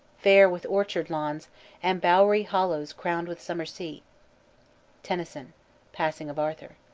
fair with orchard-lawns and bowery hollows crown'd with summer sea tennyson passing of arthur.